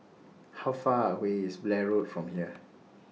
How Far away IS Blair Road from here